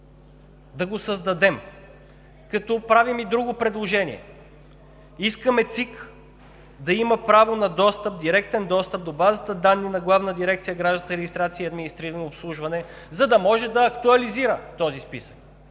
да го създадем. Правим и друго предложение: искаме ЦИК да има право на директен достъп до базата данни на Главна дирекция „Гражданска регистрация и административно обслужване“, за да може да актуализира този списък,